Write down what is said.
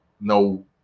no